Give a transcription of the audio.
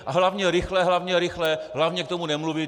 A hlavně rychle, hlavně rychle, hlavně k tomu nemluvit.